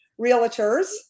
realtors